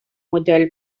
mudell